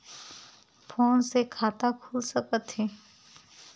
Phone से खाता खुल सकथे?